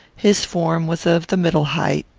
his form was of the middle height,